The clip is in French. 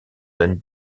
den